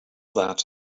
that